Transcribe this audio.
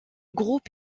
groupe